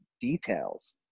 details